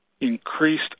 increased